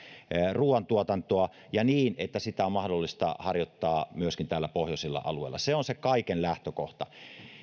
ruuantuotantoa ja niin että sitä on mahdollista harjoittaa myöskin täällä pohjoisilla alueilla se on se kaiken lähtökohta